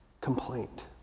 complaint